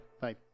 Bye